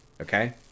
Okay